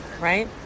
right